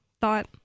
thought